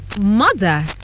mother